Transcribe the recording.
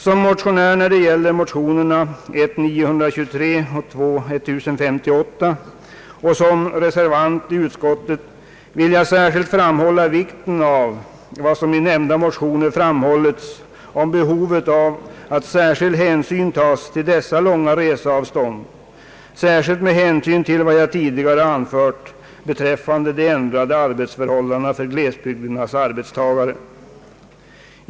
Som motionär när det gäller de likalydande motionerna I: 923 och II: 1058 och såsom reservant i utskottet vill jag särskilt betona vikten av vad som i nämnda motioner framhållits om behovet av att särskild hänsyn tas till dessa långa reseavstånd, speciellt med beaktande av vad jag tidigare anfört beträffande de ändrade arbetsförhållandena för glesbygdernas arbetstagare.